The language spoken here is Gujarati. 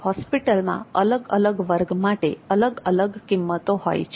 હોસ્પિટલમાં અલગ અલગ વર્ગ માટે અલગ અલગ કિંમતો હોય છે